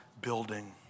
building